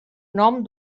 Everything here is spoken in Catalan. nom